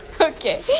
Okay